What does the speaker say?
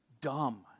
dumb